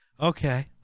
Okay